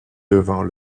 devant